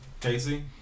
Casey